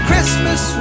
Christmas